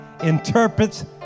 interprets